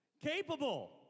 Capable